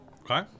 Okay